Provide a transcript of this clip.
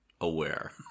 aware